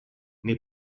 nei